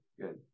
good